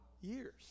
years